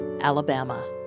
Alabama